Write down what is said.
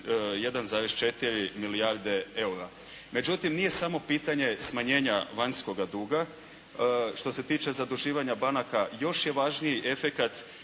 1,4 milijarde eura. Međutim, nije samo pitanje smanjenja vanjskoga duga. Što se tiče zaduživanja banaka još je važniji efekat